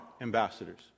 ambassadors